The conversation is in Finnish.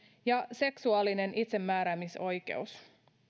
ja seksuaalinen itsemääräämisoikeus